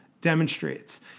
demonstrates